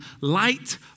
Light